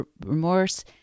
remorse